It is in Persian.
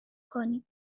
کنیم